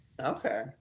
Okay